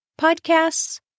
podcasts